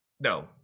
no